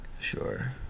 Sure